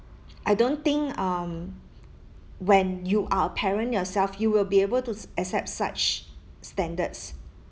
I don't think um when you are a parent yourself you will be able to accept such standards